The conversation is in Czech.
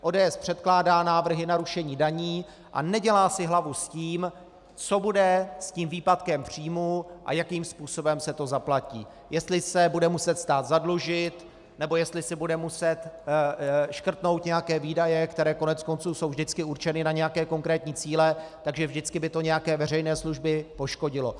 ODS předkládá návrhy na rušení daní a nedělá si hlavu s tím, co bude s výpadkem příjmů a jakým způsobem se to zaplatí jestli se bude muset stát zadlužit, nebo jestli si bude muset škrtnout nějaké výdaje, které koneckonců jsou vždycky určeny na nějaké konkrétní cíle, takže vždycky by to nějaké veřejné služby poškodilo.